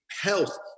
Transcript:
health